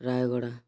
Rayagada